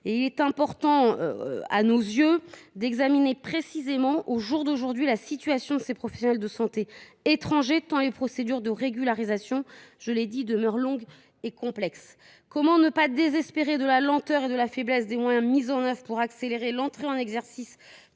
Il est important, à nos yeux, d’examiner précisément à ce jour la situation de ces professionnels de santé étrangers, tant les procédures de régularisation demeurent longues et complexes. Comment ne pas désespérer de la lenteur et de la faiblesse des moyens mis en œuvre pour accélérer l’entrée totale en exercice